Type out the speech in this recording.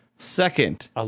Second